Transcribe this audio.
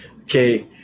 okay